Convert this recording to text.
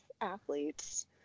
athletes